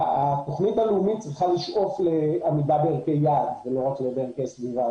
התוכנית הלאומית צריכה לשאוף לעמידה בערכי יעד ולא רק בערכי סביבה.